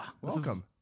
Welcome